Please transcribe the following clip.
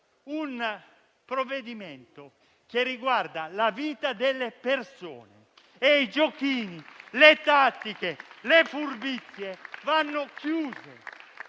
un provvedimento che riguarda la vita delle persone e i giochini, le tattiche e le furbizie vanno chiusi.